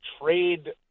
trade